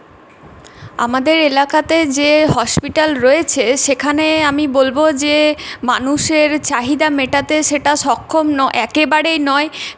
আমাদের এলাকাতে যে হসপিটাল রয়েছে সেখানে আমি বলবো যে মানুষের চাহিদা মেটাতে সেটা সক্ষম ন একেবারেই নয়